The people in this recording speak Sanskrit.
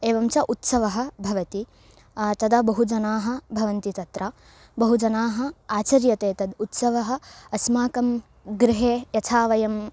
एवं च उत्सवः भवति तदा बहु जनाः भवन्ति तत्र बहु जनाः आचर्यन्ते तद् उत्सवः अस्माकं गृहे यथा वयं